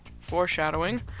foreshadowing